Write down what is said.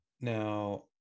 Now